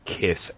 kiss